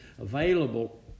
available